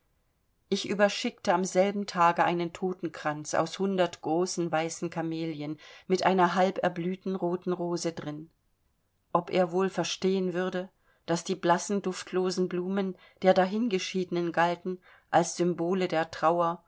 ich überschickte am selben tage einen totenkranz aus hundert großen weißen kamelien mit einer halberblühten roten rose drin ob er wohl verstehen würde daß die blassen duftlosen blumen der dahingeschiedenen galten als symbole der trauer